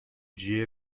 جیه